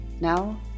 Now